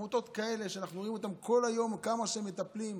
אנחנו רואים כל יום איך העמותות האלה מטפלות.